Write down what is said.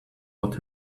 what